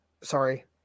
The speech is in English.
sorry